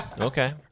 Okay